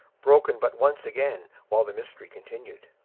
broken but once again while the mystery continued.